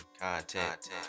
content